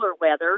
weather